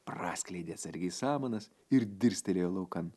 praskleidė atsargiai samanas ir dirstelėjo laukan